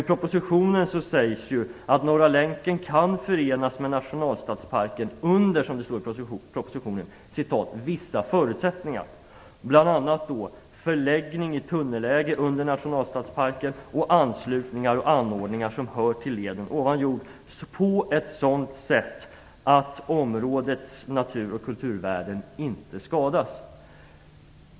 Där sägs att Norra länken kan förenas med nationalstadsparken "under vissa förutsättningar", bl.a. förläggning i tunnelläge under nationalstadsparken och anslutningar och anordningar som hör till leden ovan jord på ett sådant sätt att områdets natur och kulturvärden inte skadas.